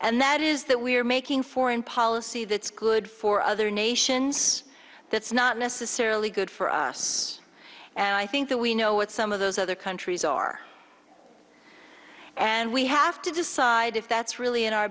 and that is that we're making foreign policy that's good for other nations that's not necessarily good for us and i think that we know what some of those other countries are and we have to decide if that's really in our